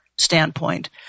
standpoint